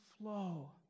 flow